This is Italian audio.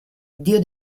dio